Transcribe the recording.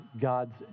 God's